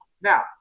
Now